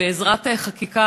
בעזרת חקיקה,